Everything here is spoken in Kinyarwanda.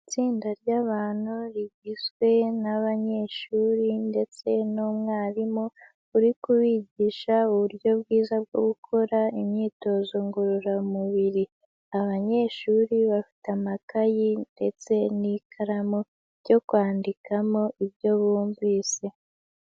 Itsinda ry'abantu rigizwe n'abanyeshuri ndetse n'umwarimu uri kubigisha uburyo bwiza bwo gukora imyitozo ngororamubiri, abanyeshuri bafite amakayi ndetse n'ikaramu byo kwandikamo ibyo bumvise.